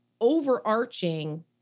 overarching